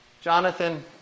Jonathan